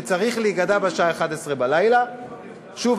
שצריך להיגדע בשעה 23:00. שוב,